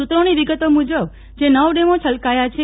સુત્રોની વિગતો મુજબ જે નવ ડેમો છલકાઈ ગયા છે